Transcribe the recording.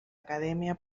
academia